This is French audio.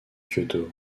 kyoto